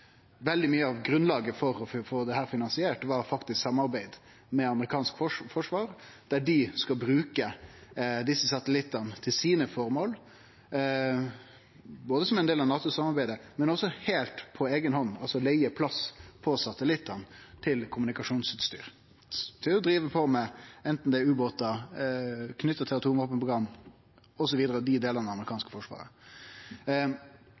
veldig mykje av grunnlaget for å få dette finansiert faktisk var samarbeid med amerikansk forsvar, der dei skal bruke desse satellittane til sine eigne føremål, både som ein del av NATO-samarbeidet og heilt på eiga hand, altså leige plass på satellittane til kommunikasjonsutstyr, til å drive på med ubåtar knytte til atomvåpenprogram, osv. – dei delane